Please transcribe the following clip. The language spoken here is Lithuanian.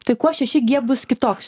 tai kuo šeši gie bus kitoks